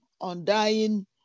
undying